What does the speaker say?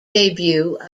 debut